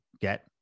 get